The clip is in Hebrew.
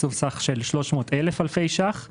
תקצוב סך של 300,000 אלפי ₪.